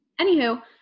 anywho